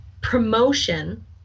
promotion